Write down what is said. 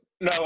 No